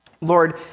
Lord